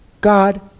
God